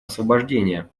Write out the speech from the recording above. освобождения